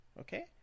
Okay